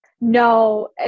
No